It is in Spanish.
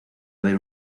haber